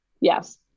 Yes